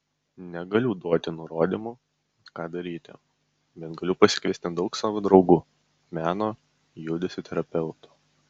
negaliu duoti nurodymų ką daryti bet galiu pasikviesti daug savo draugų meno judesio terapeutų